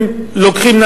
הם לוקחים,